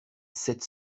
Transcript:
sept